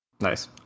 nice